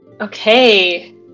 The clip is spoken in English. Okay